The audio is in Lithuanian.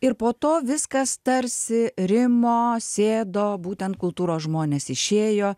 ir po to viskas tarsi rimo sėdo būtent kultūros žmonės išėjo